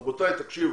רבותיי, תקשיבו,